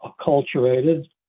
acculturated